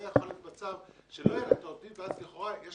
יכול להיות מצב שלא יהיו לה העובדים ואז לכאורה יש